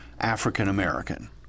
African-American